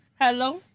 Hello